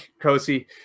Kosi